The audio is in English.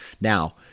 Now